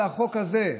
על החוק הזה,